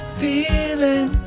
feeling